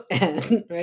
right